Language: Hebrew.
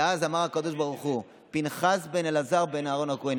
ואז אמר הקדוש ברוך הוא: פינחס בן אלעזר בן אהרון הכוהן